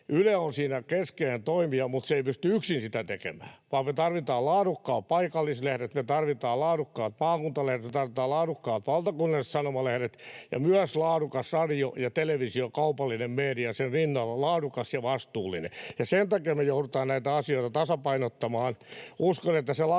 Yle on siinä keskeinen toimija, mutta se ei pysty yksin sitä tekemään, vaan me tarvitaan laadukkaat paikallislehdet, me tarvitaan laadukkaat maakuntalehdet, me tarvitaan laadukkaat valtakunnalliset sanomalehdet ja myös laadukas radio ja televisio, kaupallinen media sen rinnalla, laadukas ja vastuullinen. Sen takia me joudutaan näitä asioita tasapainottamaan.